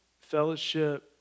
fellowship